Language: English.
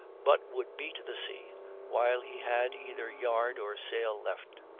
but would beat the sea while he had either yard or sail left.